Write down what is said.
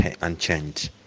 unchanged